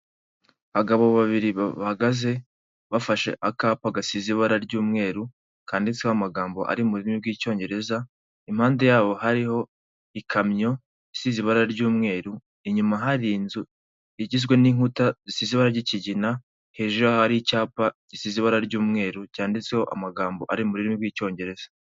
Abagabo babiri bahagaze bafashe akapa gasize ibara ry'umweru kanditseho amagambo ari mu rurimi rw'icyongereza impande yabo hariho ikamyo isize ibara ry'umweru inyuma hari inzu igizwe n'inkuta zisize ibara ry'ikigina hejuru yaho hari icyapa gisize ibara ry'umweru cyanditseho amagambo ari mu rurimi rw'icyongereza.